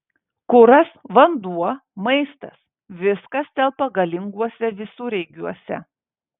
kuras vanduo maistas viskas telpa galinguose visureigiuose